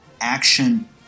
action